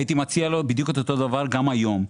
הייתי מציע לו לעשות אותו דבר גם היום.